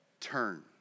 Turn